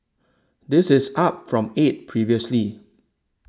this is up from eight previously